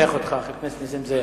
חבר הכנסת נסים זאב,